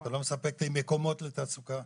אתה לא מספק לי מקומות לתעסוקה.